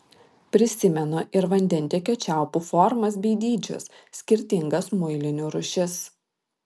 prisimenu ir vandentiekio čiaupų formas bei dydžius skirtingas muilinių rūšis